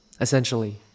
essentially